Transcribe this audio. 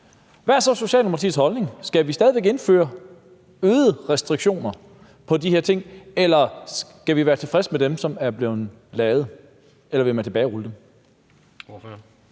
hvad er Socialdemokratiets holdning så? Skal vi stadig væk indføre flere restriktioner på de her ting, eller skal vi være tilfreds med dem, som er blevet lavet, eller vil man tilbagerulle dem?